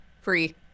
Free